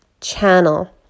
channel